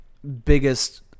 biggest